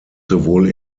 sowohl